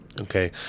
okay